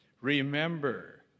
Remember